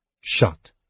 shut